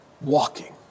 Walking